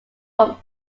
from